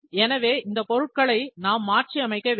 எனவே இந்த பொருட்களை நாம் மாற்றியமைக்க வேண்டும்